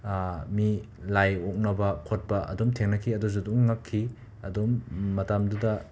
ꯃꯤ ꯂꯥꯏ ꯑꯣꯛꯅꯕ ꯈꯣꯠꯄ ꯑꯗꯨꯝ ꯊꯦꯡꯅꯈꯤ ꯑꯗꯨꯁꯨ ꯑꯗꯨꯝ ꯉꯛꯈꯤ ꯑꯗꯨꯝ ꯃꯇꯝꯗꯨꯗ